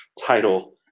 title